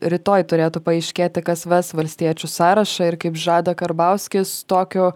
rytoj turėtų paaiškėti kas ves valstiečių sąrašą ir kaip žada karbauskis tokiu